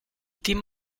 team